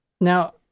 Now